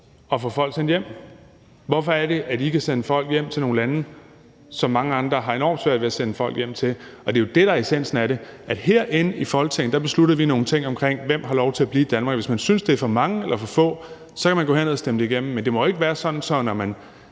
at få folk sendt hjem, og hvorfor vi kan sende folk hjem til nogle lande, som mange andre har enormt svært ved at sende folk hjem til. Det er jo det, der er essensen af det. Essensen er, at herinde i Folketinget beslutter vi nogle ting omkring, hvem der har lov til at blive i Danmark, og hvis man synes, det er for mange eller for få, kan man gå herned og stemme noget igennem. Men det må jo ikke være sådan, at når man